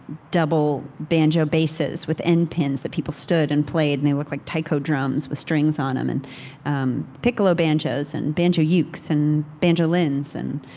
double-banjo basses, with end pens that people stood and played, and they looked like taiko drums with strings on them, and um piccolo banjos and banjo-ukes and banjolins and